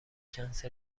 کنسل